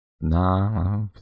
Nah